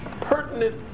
pertinent